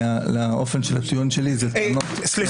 הפוליטיזציה לאופן של הטיעון שלי --- סליחה,